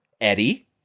Eddie